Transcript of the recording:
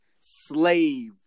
slave